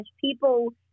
people